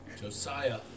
Josiah